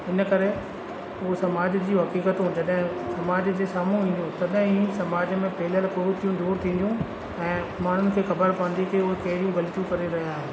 हिन करे उहे समाज जी हक़ीक़तूं जॾहिं समाज जी साम्हूं तॾहिं ई समाज में फैलियलु कूरुतियूं दूरि थींदियूं ऐ माण्हुनि खे ख़बरु पवंदी कि उए कहिड़ियूं ग़लतियूं करे रहिया आहिनि